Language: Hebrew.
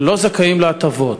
לא זכאים להטבות.